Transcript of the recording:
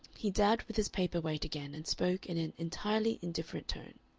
he dabbed with his paper-weight again, and spoke in an entirely indifferent tone.